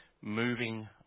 moving